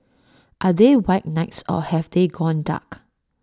are they white knights or have they gone dark